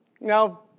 Now